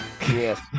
Yes